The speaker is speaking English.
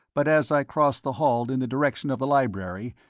but as i crossed the hall in the direction of the library,